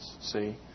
See